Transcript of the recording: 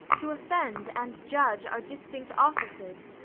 to offend, and judge, are distinct offices,